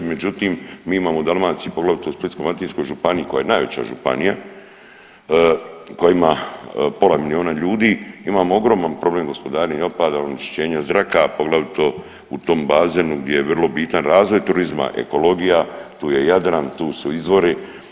Međutim, mi imamo u Dalmaciji, poglavito u Splitsko-dalmatinskoj županiji koja je najveća županija, koja ima pola milijuna ljudi, imamo ogroman problem gospodarenja otpadom, onečišćenja zraka poglavito u tom bazenu gdje je vrlo bitan razvoj turizma, ekologija, tu je Jadran, tu su izvori.